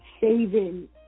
saving